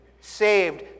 saved